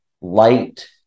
light